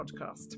podcast